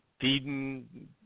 feeding –